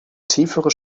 tiefere